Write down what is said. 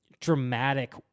dramatic